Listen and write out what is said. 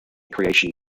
creation